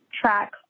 track